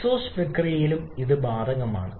exhaust പ്രക്രിയയിലും ഇത് ബാധകമാണ്